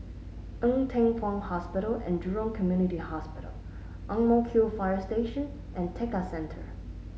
Ng Teng Fong Hospital and Jurong Community Hospital Ang Mo Kio Fire Station and Tekka Centre